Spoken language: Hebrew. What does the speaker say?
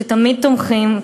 שתמיד תומכים,